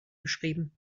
beschrieben